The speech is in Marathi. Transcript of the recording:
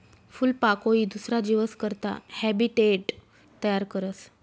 फूलपाकोई दुसरा जीवस करता हैबीटेट तयार करस